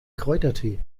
kräutertee